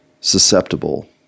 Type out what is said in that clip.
susceptible